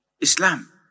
Islam